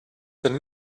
than